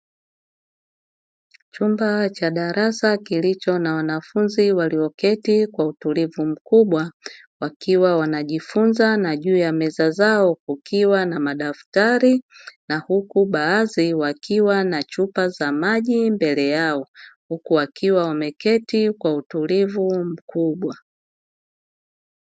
Chumba cha darasa kilicho na wanafunzi walioketi kwa utulivu mkubwa wakiwa wanajifunza, na juu ya meza zao kukiwa na madaftari na huku baadhi wakiwa na chupa za maji mbele yao, huku wakiwa wameketi kwa utulivu mkubwa.